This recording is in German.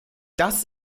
das